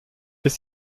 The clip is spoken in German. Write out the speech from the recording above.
ist